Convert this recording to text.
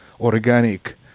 organic